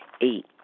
Eight